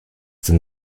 denn